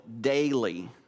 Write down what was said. daily